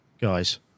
guys